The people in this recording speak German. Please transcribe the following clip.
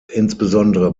insbesondere